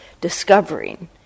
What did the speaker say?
discovering